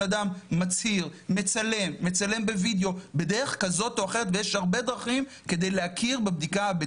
אדם שנחשב בסיכון כשהוא מגיע אמורים לתעדף את הבדיקה שלו,